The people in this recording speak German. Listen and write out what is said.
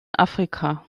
afrika